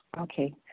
Okay